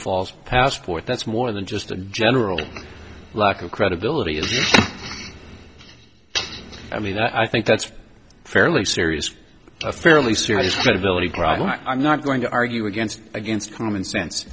false passport that's more than just a general lack of credibility is it i mean i think that's fairly serious a fairly serious credibility problem i'm not going to argue against against common sense